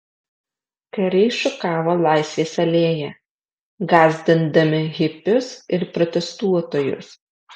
kariai šukavo laisvės alėją gąsdindami hipius ir protestuotojus